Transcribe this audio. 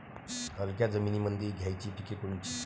हलक्या जमीनीमंदी घ्यायची पिके कोनची?